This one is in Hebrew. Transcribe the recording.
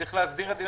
צריך להסדיר את זה על